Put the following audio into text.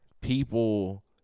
people